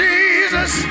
Jesus